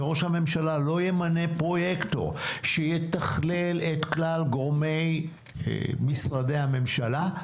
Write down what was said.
וראש הממשלה לא ימנה פרויקטור שיתכלל את כלל גורמי משרדי הממשלה,